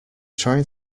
trying